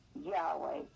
Yahweh